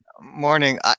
Morning